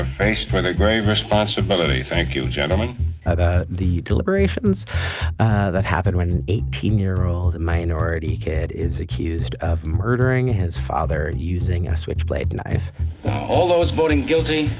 ah a great responsibility. thank you, gentlemen about the deliberations that happened when an eighteen year old minority kid is accused of murdering his father using a switchblade knife all those voting guilty,